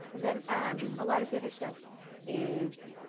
then um a lot of the other stuff is,